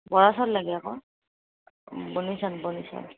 বৰা চাউল লাগে আকৌ বনি চাউল বনি চাউল